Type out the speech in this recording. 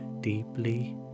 deeply